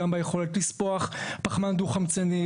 גם ביכולת לספוח פחמן דו חמצני,